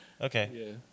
Okay